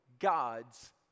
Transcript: God's